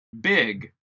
Big